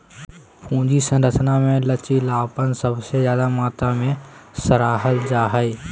पूंजी संरचना मे लचीलापन सबसे ज्यादे मात्रा मे सराहल जा हाई